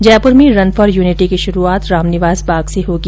जयपुर में run for unity की शुरूआत रामनिवास बाग से होगी